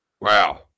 Wow